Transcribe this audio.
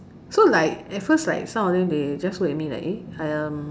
so like at first like some of them they just look at me like eh